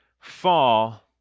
fall